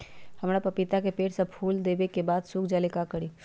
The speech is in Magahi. हमरा पतिता के पेड़ सब फुल देबे के बाद सुख जाले का करी?